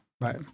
Bye